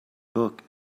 book